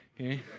okay